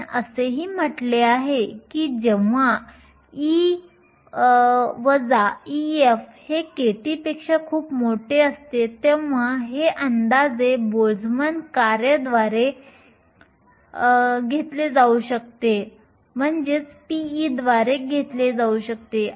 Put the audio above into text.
आपण असेही म्हटले आहे की जेव्हा E - Ef हे kT पेक्षा खूप मोठे असते तेव्हा हे अंदाजे बोल्टझमॅन कार्य p द्वारे घेतले जाऊ शकते